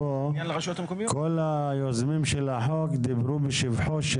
כל היוזמים של החוק דיברו בשבחו של